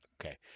Okay